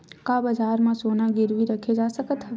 का बजार म सोना गिरवी रखे जा सकत हवय?